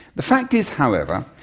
the fact is, however,